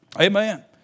Amen